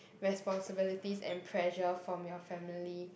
responsibilities and pressure from your family